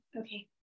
Okay